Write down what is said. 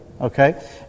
Okay